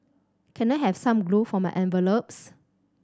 can I have some glue for my envelopes